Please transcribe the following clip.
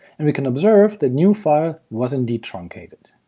and we can observe the new file was indeed truncated.